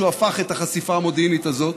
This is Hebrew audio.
שהוא הפך את החשיפה המודיעינית הזאת.